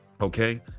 okay